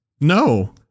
No